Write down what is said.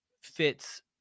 fits